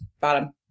bottom